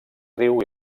riu